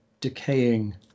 decaying